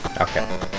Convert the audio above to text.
Okay